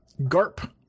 GARP